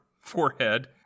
forehead